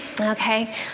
okay